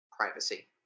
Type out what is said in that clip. Privacy